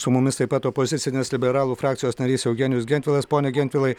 su mumis taip pat opozicinės liberalų frakcijos narys eugenijus gentvilas pone gentvilai